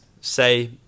say